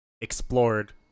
explored